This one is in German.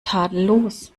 tadellos